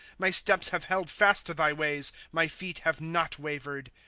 my steps have held fast to thy ways my feet have not wavered.